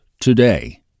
today